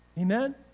Amen